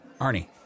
Arnie